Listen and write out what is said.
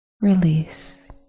Release